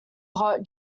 hot